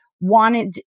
wanted